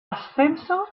ascenso